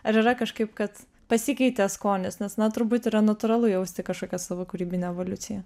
ar yra kažkaip kad pasikeitė skonis nes na turbūt yra natūralu jausti kažkokią savo kūrybinę evoliuciją